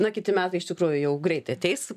na kiti metai iš tikrųjų jau greitai ateis